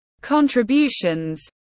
contributions